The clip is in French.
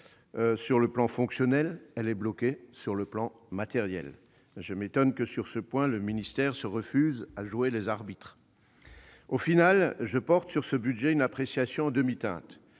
sur le plan fonctionnel, elle est bloquée sur le plan matériel. Je m'étonne que le ministère se refuse à jouer les arbitres sur ce point. Au final, je porte sur ce budget une appréciation en demi-teinte